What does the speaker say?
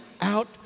out